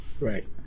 Right